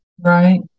Right